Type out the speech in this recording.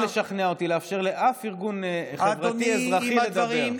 לא היה צריך לשכנע אותי לאפשר לארגון חברתי-אזרחי כלשהו לדבר.